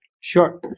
Sure